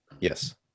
Yes